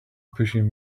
pushing